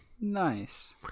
Nice